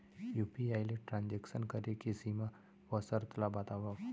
UPI ले transaction करे के सीमा व शर्त ला बतावव?